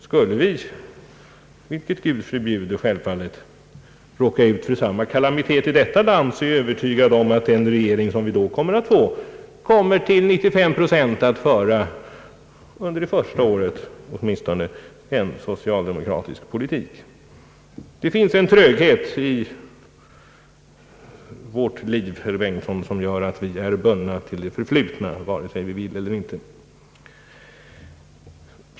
Skulle vi — vilket Gud förbjude — råka ut för samma kalamitet att få en ny regering i detta land är jag övertygad om att den nya regeringen kommer att till 95 procent åtminstone under det första året föra en socialdemokratisk politik. Det finns en tröghet i vårt liv, herr Bengtson, som gör att vi är bundna till det förflutna, vare sig vi vill eller inte.